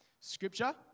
Scripture